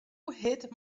hit